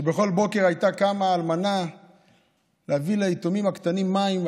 שבכל בוקר הייתה קמה להביא ליתומים הקטנים מים.